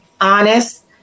honest